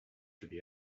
through